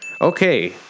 Okay